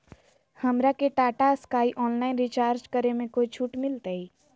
हमरा के Tata Sky online recharge करे में कोई छूट मिलतई